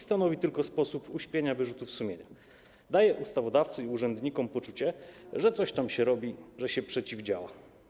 Stanowi tylko sposób na uśpienie wyrzutów sumienia, daje ustawodawcy i urzędnikom poczucie, że coś tam się robi, że czemuś się przeciwdziała.